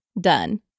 done